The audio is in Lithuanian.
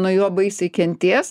nuo jo baisiai kentės